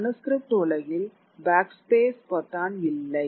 manuscript உலகில் backspace பொத்தான் இல்லை